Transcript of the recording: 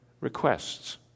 requests